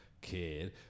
kid